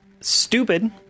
stupid